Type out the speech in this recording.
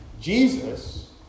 Jesus